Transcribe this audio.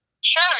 Sure